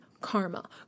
karma